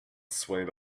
swayed